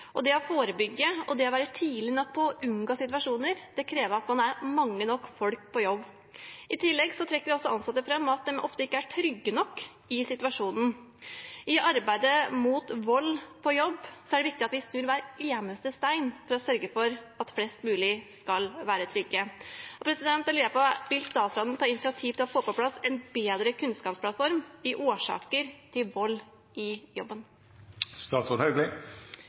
Det å forebygge og være tidlig nok ute for å unngå situasjoner krever at man er mange nok mennesker på jobb. I tillegg trekker ansatte fram at de ofte ikke er trygge nok i situasjonen. I arbeidet mot vold på jobb er det viktig at vi snur hver eneste stein for å sørge for at flest mulig skal være trygge. Jeg lurer på: Vil statsråden ta initiativ til å få på plass en bedre kunnskapsplattform om årsaker til vold